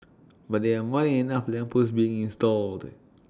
but there are more enough lamp posts being installed